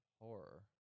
Horror